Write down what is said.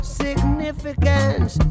significance